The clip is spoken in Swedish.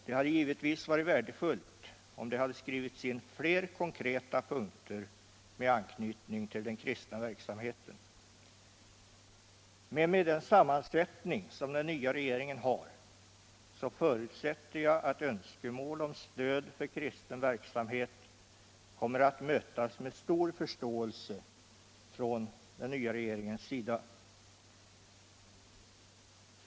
Det hade givetvis varit värdefullt om det skrivits in fler konkreta punkter med anknytning till den kristna verksamheten, men med den sammansättning som den nya regeringen har förutsätter jag att önskemål om stöd för kristen verksamhet kommer att mötas med stor förståelse från regeringens sida.